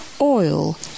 oil